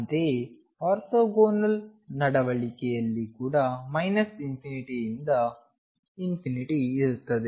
ಅಂತೆಯೇ ಆರ್ಥೋಗೋನಲ್ ನಡವಳಿಕೆಯಲ್ಲಿ ಕೂಡ ∞ ರಿಂದ ∞ ಇರುತ್ತದೆ